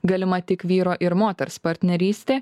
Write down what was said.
galima tik vyro ir moters partnerystė